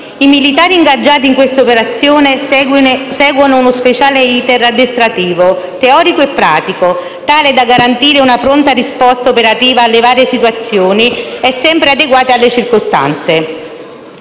I militari ingaggiati in questa operazione seguono uno speciale *iter* addestrativo teorico e pratico, tale da garantire una pronta risposta operativa alle varie situazioni e sempre adeguata alle circostanze.